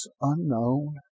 unknown